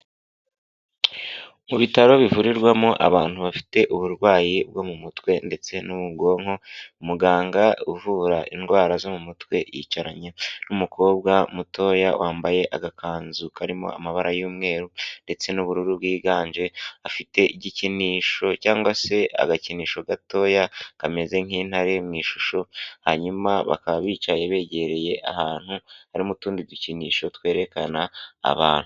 Mu bitaro bivurirwamo abantu bafite uburwayi bwo mu mutwe ndetse no mu bwonko, umuganga uvura indwara zo mu mutwe yicaranye n'umukobwa mutoya wambaye agakanzu karimo amabara y'umweru ndetse n'ubururu bwiganje, afite igikinisho cyangwa se agakinisho gatoya kameze nk'intare mu ishusho hanyuma bakaba bicaye begereye ahantu harimo n'utundi dukinisho twerekana abantu.